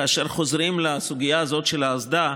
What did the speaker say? כאשר חוזרים לסוגיה הזאת של האסדה,